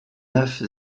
neuf